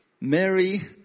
Mary